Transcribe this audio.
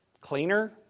cleaner